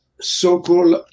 so-called